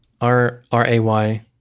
r-r-a-y